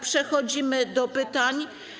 Przechodzimy do pytań.